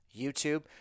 YouTube